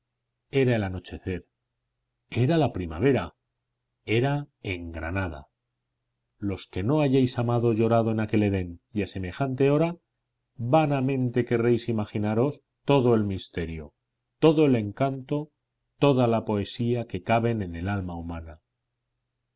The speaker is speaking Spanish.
era el anochecer era la primavera era en granada los que no hayáis amado o llorado en aquel edén y a semejante hora vanamente querréis imaginaros todo el misterio todo el encanto toda la poesía que caben en el alma humana